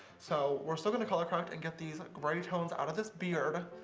so we're still gonna color correct, and get these gray tones out of this beard,